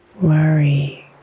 worry